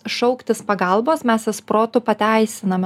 šauktis pagalbos mes jas protu pateisiname